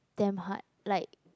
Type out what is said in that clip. damn hard like